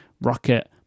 Rocket